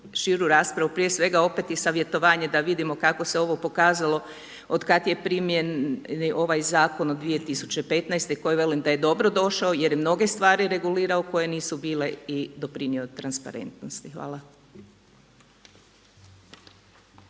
širu raspravu, prije svega opet i savjetovanje da vidimo kako se ovo pokazalo otkada je primijenjen ovaj zakon od 2015. koji velim da je dobro došao jer je mnoge stvari regulirao koje nisu bile i doprinio transparentnosti. Hvala.